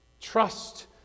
trust